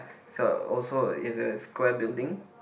so also is a square building